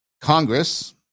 Congress